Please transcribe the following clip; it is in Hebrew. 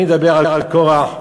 אני אדבר על קורח ועדתו.